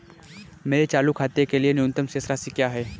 मेरे चालू खाते के लिए न्यूनतम शेष राशि क्या है?